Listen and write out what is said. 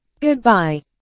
Goodbye